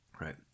right